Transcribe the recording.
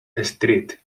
street